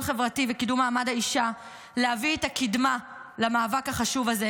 חברתי וקידום מעמד האישה להביא את הקדמה למאבק החשוב הזה,